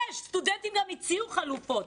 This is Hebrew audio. הסטודנטים גם הציעו חלופות,